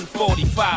145